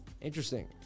Interesting